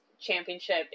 championship